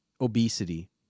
obesity